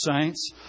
saints